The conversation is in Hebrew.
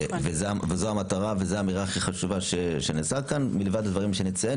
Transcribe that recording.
זו המטרה וזו האמירה הכי חשובה שנעשה כאן מלבד הדברים שנציין,